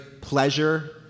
pleasure